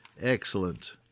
excellent